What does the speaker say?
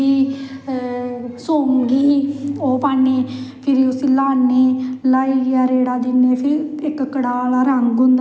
बर्त पुआरियै फिर थोह्ड़ा असेंगी अपना चाहे जो बी मन करदा ओह् करने ओह्दे बाद च